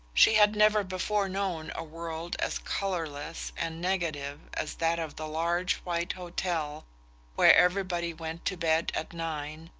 she had never before known a world as colourless and negative as that of the large white hotel where everybody went to bed at nine,